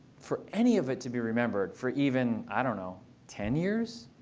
for any of it to be remembered for even i don't know ten years,